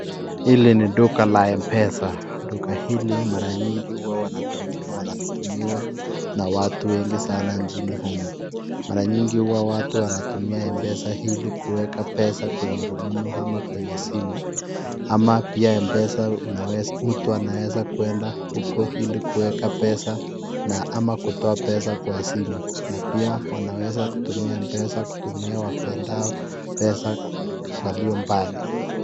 Hili ni duka la M-pesa. Duka hili mara nyingi huwa wanatumiwa na watu wengi sana nchini humu. Mara nyingi hua watu wanatumia M-pesa ili kuweka pesa kwenye rununu ama kwenye simu ama pia M-pesa mtu anaweza kuenda huko ili kuweka pesa na ama kutoa pesa kwa simu na pia wanaweza kutumia M-pesa kutumiwa wapendao pesa walio mbali.